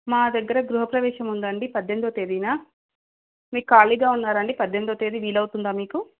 మా దగ్గర గృహ ప్రవేశం ఉందండి పద్దెనిమిదో తేదీన మీరు ఖాళీగా ఉన్నారండి పద్దెనిమిదో తేదీ వీలవుతుందా మీకు